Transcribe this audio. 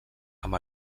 amb